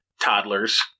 toddlers